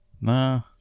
No